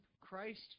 Christ